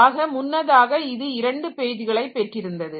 ஆக முன்னதாக இது 2 பேஜ்களை பெற்றிருந்தது